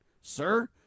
sir